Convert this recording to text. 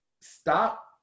stop